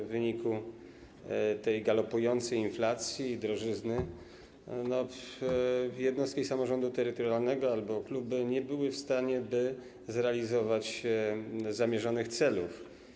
W wyniku galopującej inflacji i drożyzny jednostki samorządu terytorialnego albo kluby nie byłyby w stanie zrealizować zamierzonych celów.